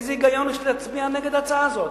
איזה היגיון יש להצביע נגד ההצעה הזאת?